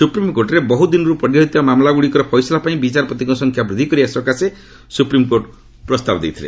ସୁପ୍ରିମ୍କୋର୍ଟରେ ବହୁଦିନରୁ ପଡ଼ି ରହିଥିବା ମାମଲା ଗୁଡ଼ିକର ଫଇସଲା ପାଇଁ ବିଚାରପତିଙ୍କ ସଂଖ୍ୟା ବୃଦ୍ଧି କରିବା ସକାଶେ ସୁପ୍ରିମ୍କୋର୍ଟ ପ୍ରସ୍ତାବ ଦେଇଥିଲେ